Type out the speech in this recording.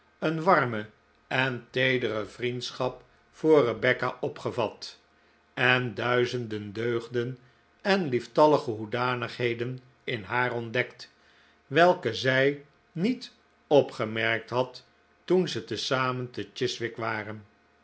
een warme en teedere vriendschap voor rebecca opgevat en duizenden deugden en lieftallige hoedanigheden in haar ontdekt welke zij niet opgemerkt had toen zij te zamen te chiswick waren